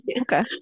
okay